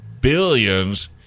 billions